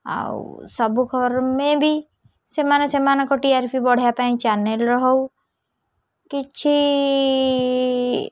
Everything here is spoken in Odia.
ଆଉ ସବୁ ଖବର ମେବି ସେମାନେ ସେମାନଙ୍କ ଟି ଆର୍ ପି ବଢ଼ିବା ପାଇଁ ଚ୍ୟାନେଲ୍ ର ହଉ କିଛି